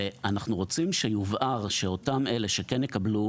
אנחנו רוצים שיובהר כי לגבי אותם אלה שכן יקבלו